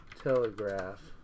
Telegraph